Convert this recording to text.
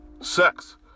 sex